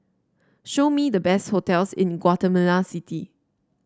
show me the best hotels in Guatemala City